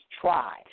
try